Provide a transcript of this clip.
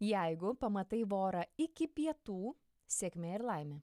jeigu pamatai vorą iki pietų sėkmė ir laimė